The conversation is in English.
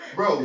Bro